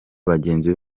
bagenzi